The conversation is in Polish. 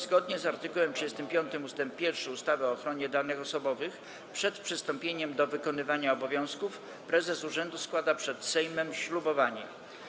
Zgodnie z art. 35 ust. 1 ustawy o ochronie danych osobowych przed przystąpieniem do wykonywania obowiązków prezes urzędu składa przed Sejmem ślubowanie.